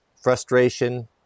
frustration